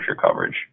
coverage